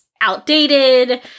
outdated